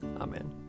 Amen